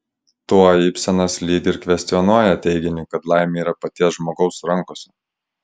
tuo ibsenas lyg ir kvestionuoja teiginį kad laimė yra paties žmogaus rankose